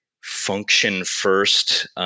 function-first